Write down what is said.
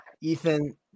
Ethan